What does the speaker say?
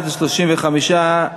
47)